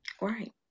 Right